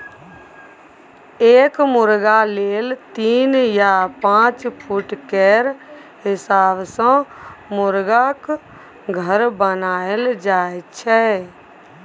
एक मुरगा लेल तीन या पाँच फुट केर हिसाब सँ मुरगाक घर बनाएल जाइ छै